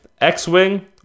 X-Wing